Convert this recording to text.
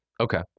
okay